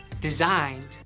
designed